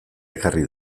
ekarri